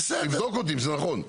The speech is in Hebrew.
תבדוק אותי אם זה נכון.